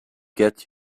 get